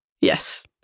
Yes